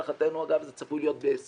להערכתנו, אגב, זה צפוי להיות ב-2020.